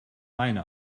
meine